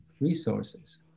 resources